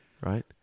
Right